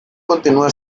continúa